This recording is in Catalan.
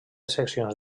seccions